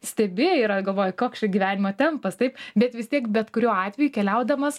stebi ir galvoji koks čia gyvenimo tempas taip bet vis tiek bet kuriuo atveju keliaudamas